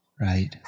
Right